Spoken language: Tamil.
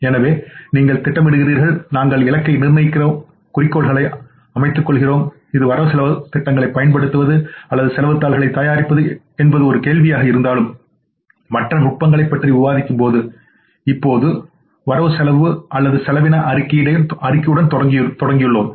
எனவே நீங்கள் திட்டமிடுகிறீர்கள் நீங்கள் இலக்கை நிர்ணயிக்கிறீர்கள் குறிக்கோள்களை அமைத்துள்ளீர்கள் இது வரவு செலவுத் திட்டங்களைப் பயன்படுத்துவது அல்லது செலவுத் தாள்களைத் தயாரிப்பது என்பது ஒரு கேள்வியாக இருந்தாலும் மற்ற நுட்பங்களைப் பற்றி விவாதிக்கும்போது இப்போது வரை செலவு அல்லது செலவின் அறிக்கையுடன் தொடங்கினோம்